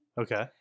Okay